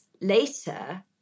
later